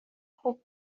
خوب